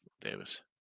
Davis